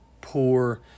poor